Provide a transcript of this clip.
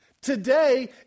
Today